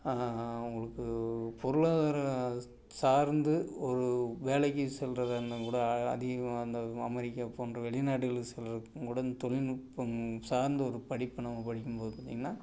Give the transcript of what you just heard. உங்களுக்கு பொருளாதார சார்ந்து ஒரு வேலைக்கு செல்லுறதுன்னும் கூட அதிகமாக இந்த அமெரிக்கா போன்ற வெளிநாடுகளுக்கு செல்லுறதுக்கும் கூட இந்த தொழில்நுட்பம் சார்ந்த ஒரு படிப்பை நம்ம படிக்கும்போது பார்த்தீங்கன்னா